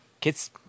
kids